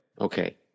Okay